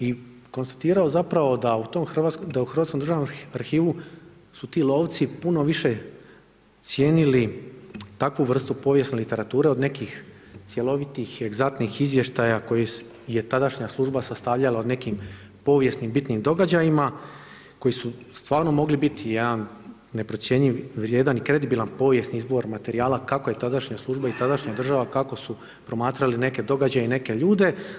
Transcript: I konstatirao zapravo da u tom Hrvatskom državnom arhivu su ti lovci puno više cijenili takvu vrstu povijesne literature od nekih cjelovitih egzaktnih izvještaja koji je tadašnja služba sastavljala o nekim povijesnim bitnim događajima koji su stvarno mogli biti jedan neprocjenjiv vrijedan i kredibilan povijesni izvor materijala kako je tadašnja služba i tadašnja država kako su promatrali neke događaja i neke ljude.